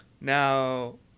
Now